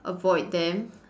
avoid them